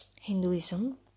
Hinduism